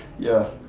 yeah,